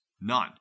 none